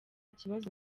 kibazo